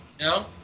No